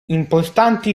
importanti